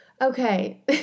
Okay